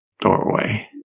doorway